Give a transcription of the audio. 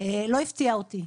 לא הפתיע אותי.